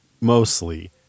mostly